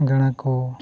ᱜᱟᱬᱟ ᱠᱚ